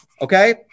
okay